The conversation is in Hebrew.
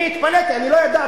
אני התפלאתי, אני לא ידעתי.